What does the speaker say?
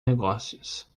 negócios